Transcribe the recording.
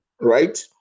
right